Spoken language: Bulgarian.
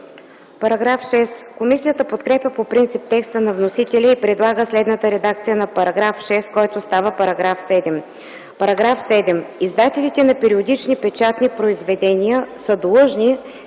Параграф 6 – Комисията подкрепя по принцип текста на вносителя и предлага следната редакция на § 6, който става § 7: „§ 7. Издателите на периодични печатни произведения са длъжни